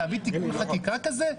להביא תיקון חקיקה כזה?